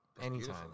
Anytime